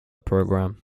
program